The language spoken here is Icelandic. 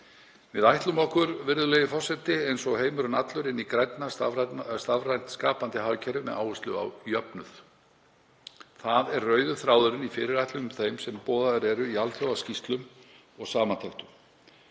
Við ætlum okkur, eins og heimurinn allur, inn í grænna, stafrænt og skapandi hagkerfi með áherslu á jöfnuð. Það er rauði þráðurinn í fyrirætlunum þeim sem boðaðar eru í alþjóðaskýrslum og -samantektum.